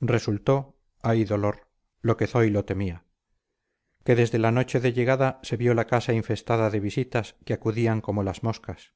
resultó ay dolor lo que zoilo temía que desde la noche de llegada se vio la casa infestada de visitas que acudían como las moscas